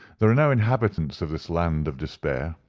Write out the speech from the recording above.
there are no inhabitants of this land of despair.